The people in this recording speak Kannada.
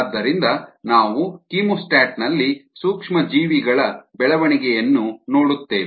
ಆದ್ದರಿಂದ ನಾವು ಕೀಮೋಸ್ಟಾಟ್ನಲ್ಲಿ ಸೂಕ್ಷ್ಮ ಜೀವಿಗಳ ಬೆಳವಣಿಗೆಯನ್ನು ನೋಡುತ್ತೇವೆ